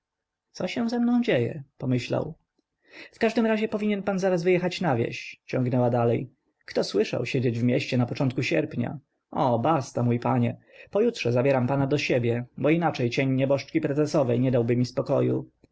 co się ze mną dzieje pomyślał w każdym razie powinien pan zaraz wyjechać na wieś ciągnęła dalej kto słyszał siedzieć w mieście na początku sierpnia o basta mój panie pojutrze zabieram pana do siebie bo inaczej cień nieboszczki prezesowej nie dałby mi spokoju